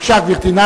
בבקשה, גברתי.